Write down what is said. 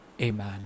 Amen